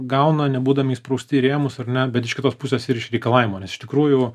gauna nebūdami įsprausti į rėmus ar ne bet iš kitos pusės ir iš reikalavimo nes iš tikrųjų